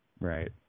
Right